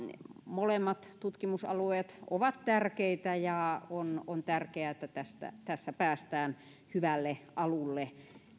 molemmat tutkimusalueet ovat tärkeitä ja on on tärkeää että tässä päästään hyvälle alulle